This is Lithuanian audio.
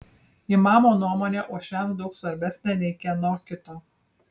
imamo nuomonė uošviams daug svarbesnė nei kieno kito